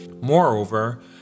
Moreover